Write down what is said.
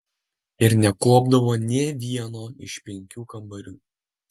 ir nekuopdavo nė vieno iš penkių kambarių